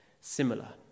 similar